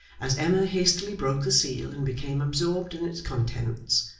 as emma hastily broke the seal and became absorbed in its contents,